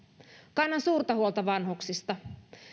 kannan suurta huolta vanhuksista